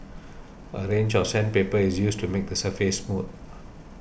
a range of sandpaper is used to make the surface smooth